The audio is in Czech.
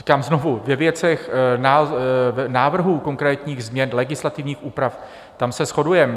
Říkám znovu, ve věcech návrhů konkrétních změn legislativních úprav, tam se shodujeme.